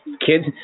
kids